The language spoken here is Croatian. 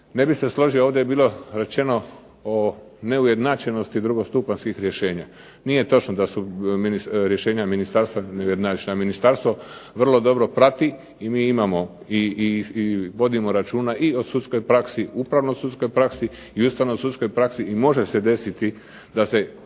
Ne bih se složio ovdje je bilo rečeno o neujednačenosti drugostupanjskih rješenja. Nije točno da su rješenja ministarstva. Ministarstvo vrlo dobro prati i mi imamo i vodimo računa i o sudskoj praksi, upravnoj sudskoj praksi i ustavno sudskoj praksi. I može se desiti da se